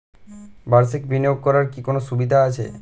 বাষির্ক বিনিয়োগ করার কি কোনো সুবিধা আছে?